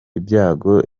ibyago